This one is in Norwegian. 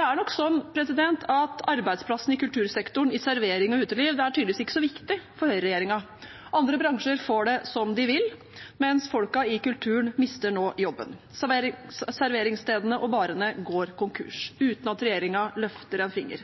Arbeidsplassene i kultursektoren og i servering og uteliv er tydeligvis ikke viktige for regjeringen. Andre bransjer får det som de vil, mens folka i kulturen nå mister jobben. Serveringsstedene og barene går konkurs uten at regjeringen løfter en finger.